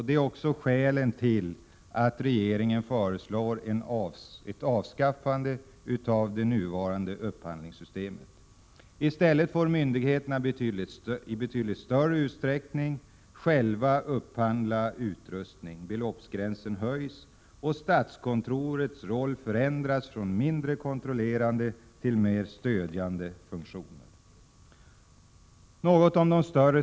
Det är skälen till att regeringen föreslår ett avskaffande av det nuvarande upphandlingssystemet. Myndigheterna får i stället själva upphandla utrustning i betydligt större utsträckning, och beloppsgränsen höjs. Statskontorets roll förändras så att kontoret får mindre kontrollerande och mer stödjande funktioner.